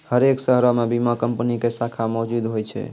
हरेक शहरो मे बीमा कंपनी के शाखा मौजुद होय छै